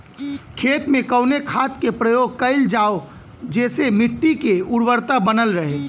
खेत में कवने खाद्य के प्रयोग कइल जाव जेसे मिट्टी के उर्वरता बनल रहे?